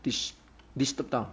dis~ disturbed 到